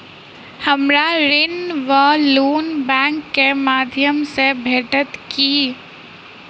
हमरा ऋण वा लोन बैंक केँ माध्यम सँ भेटत की?